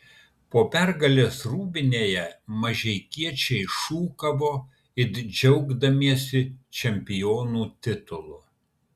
po pergalės rūbinėje mažeikiečiai šūkavo it džiaugdamiesi čempionų titulu